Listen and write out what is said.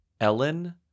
Ellen